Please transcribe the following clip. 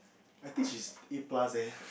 I think she's A plus eh